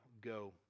go